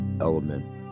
element